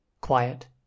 quiet